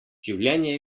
življenje